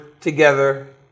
together